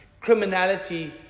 Criminality